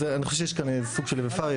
אז אני חושב שיש כאן סוג של איפה ואיפה.